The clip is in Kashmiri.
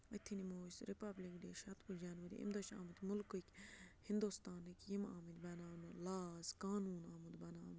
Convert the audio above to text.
أتھی نِمو أسۍ رِپَبلِک ڈے شَتوُہ جَنوری اَمہِ دۄہ چھِ آمٕتۍ مُلکٕکۍ ہِندوستانٕکۍ یِم آمٕتۍ بَناونہٕ لاز قانوٗ ن آمُت بَناونہٕ